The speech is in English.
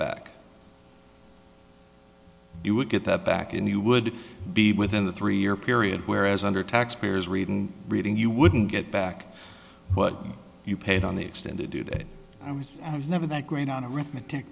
back you would get that back and you would be within a three year period whereas under taxpayer's reading reading you wouldn't get back what you paid on the extended do that i was never that great on a writ